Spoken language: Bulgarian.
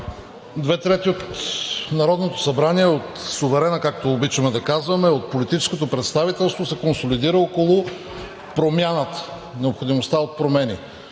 Две трети от Народното събрание, от суверена, както обичаме да казваме, от политическото представителство, се консолидира около необходимостта от промени,